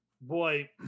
boy